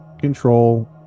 control